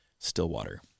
Stillwater